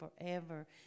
forever